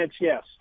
yes